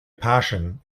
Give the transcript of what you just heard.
passion